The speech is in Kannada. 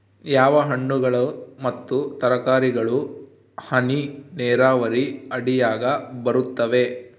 ಯಾವ ಹಣ್ಣುಗಳು ಮತ್ತು ತರಕಾರಿಗಳು ಹನಿ ನೇರಾವರಿ ಅಡಿಯಾಗ ಬರುತ್ತವೆ?